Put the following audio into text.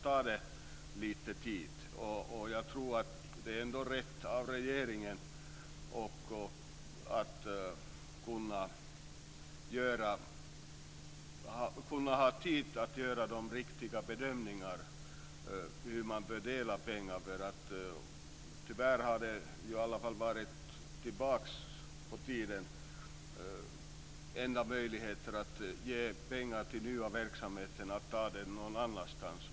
Jag tror ändå att det är rätt av regeringen att ta tid på sig för att göra de riktiga bedömningarna av hur pengarna ska fördelas. Längre tillbaka i tiden var den enda möjligheten att ge pengar till nya verksamheter att ta dem någon annanstans.